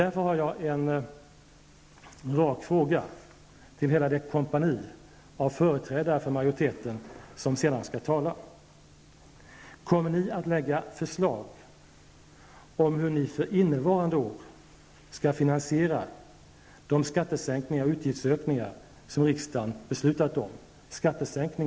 Därför har jag en rak fråga till hela det kompani av företrädare för majoriteten som senare skall tala: Kommer ni att lägga förslag om hur ni för innevarande år skall finansiera de skattesänkningar för rikt folk och utgiftsökningar som riksdagen nu beslutat om?